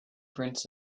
prince